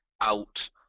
out